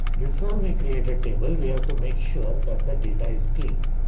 before we created table we have to make sure that the data is clean.